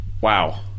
Wow